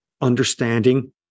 understanding